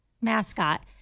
mascot